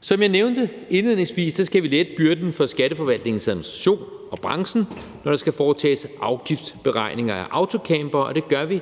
Som jeg nævnte indledningsvis, skal vi lette byrden for Skatteforvaltningens administration og for branchen, når der skal foretages afgiftsberegninger af autocampere, og det gør vi